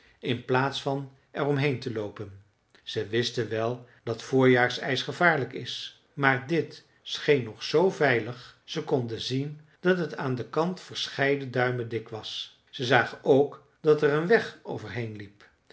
in plaats van er omheen te loopen ze wisten wel dat voorjaarsijs gevaarlijk is maar dit scheen nog zoo veilig ze konden zien dat het aan den kant verscheiden duim dik was ze zagen ook dat er een weg over heen liep